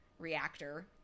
reactor